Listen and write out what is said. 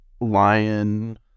lion